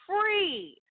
free